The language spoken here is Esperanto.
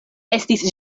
estis